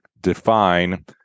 define